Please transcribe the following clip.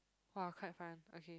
!wah! quite fun okay